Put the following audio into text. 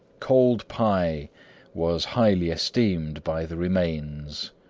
cold pie was highly esteemed by the remains.